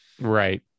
Right